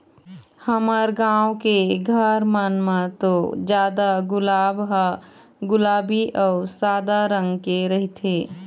हमर गाँव के घर मन म तो जादा गुलाब ह गुलाबी अउ सादा रंग के रहिथे